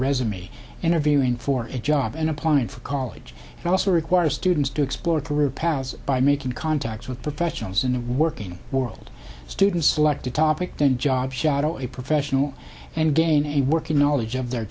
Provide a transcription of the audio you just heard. resume interviewing for a job and applying for college and also require students do it floor through pass by making contact with professionals in the working world students select a topic then job shadow a professional and gain a working knowledge of their